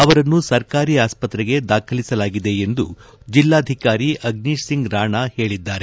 ಅವರನ್ನು ಸರ್ಕಾರಿ ಆಸ್ಪತ್ರೆಗೆ ದಾಖಲಿಸಲಾಗಿದೆ ಎಂದು ಜೆಲ್ಲಾಧಿಕಾರಿ ಅಗ್ನಿಶ್ ಸಿಂಗ್ ರಾಣಾ ಹೇಳಿದ್ದಾರೆ